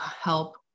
help